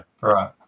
right